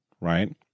right